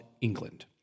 England